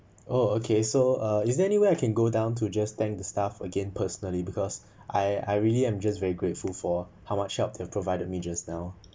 oh okay so uh is there any way I can go down to just thanked the staff again personally because I I really I'm just very grateful for how much help they provide me just now